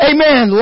Amen